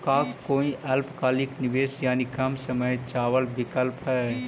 का कोई अल्पकालिक निवेश यानी कम समय चावल विकल्प हई?